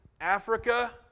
Africa